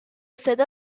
صدا